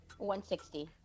160